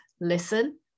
listen